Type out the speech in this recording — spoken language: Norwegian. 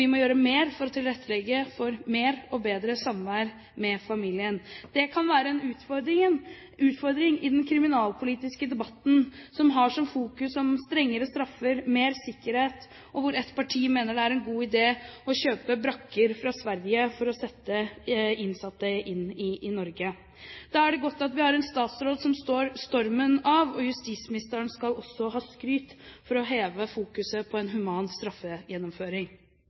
vi må gjøre mer for å tilrettelegge for mer og bedre samvær med familien. Det kan være en utfordring i den kriminalpolitiske debatten, hvor fokuseringen er rettet mot strengere straffer og mer sikkerhet, og hvor et parti mener det er en god idé å kjøpe brakker fra Sverige for å sette innsatte i Norge i dem. Da er det godt at vi har en statsråd som står stormen av. Justisministeren skal også ha skryt for å øke fokuseringen på en human straffegjennomføring.